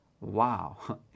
wow